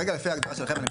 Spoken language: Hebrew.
כרגע לפי ההגדרה שלכם.